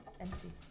empty